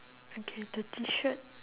okay the T-shirt